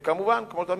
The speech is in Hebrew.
וכמובן, כמו תמיד,